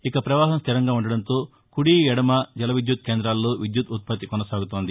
ఇక ప్రపాహం స్టిరంగా ఉండటంతో కుడి ఎడమ జల విద్యుత్ కేంద్రాల్లో విద్యుత్ ఉత్పత్తి కొనసాగుతోంది